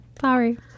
sorry